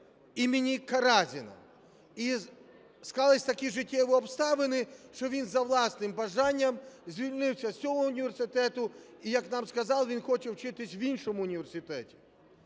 імені Каразіна. І склались такі життєві обставини, що він за власним бажанням звільнився з цього університету і, як нам сказали, він хоче вчитись в іншому університеті.